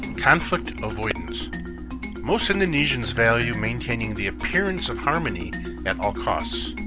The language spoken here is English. conflict avoidance most indonesians value maintaining the appearance of harmony at all costs,